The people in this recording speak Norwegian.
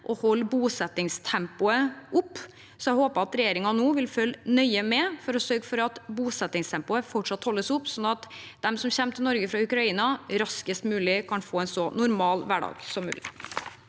å holde bosetningstempoet oppe. Jeg håper regjeringen nå vil følge nøye med for å sørge for at bosetningstempoet fortsatt holdes oppe, slik at de som kommer til Norge fra Ukraina, raskest mulig kan få en så normal hverdag som mulig.